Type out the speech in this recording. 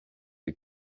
les